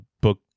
book